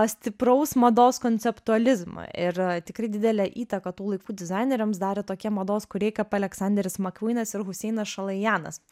stipraus mados konceptualizmo ir tikrai didelę įtaką tų laikų dizaineriams darė tokie mados kūrėjai kap aleksanderis makvynas ir huseinas šalajanas